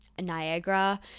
Niagara